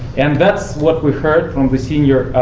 and that's what we heard from the senior